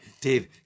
Dave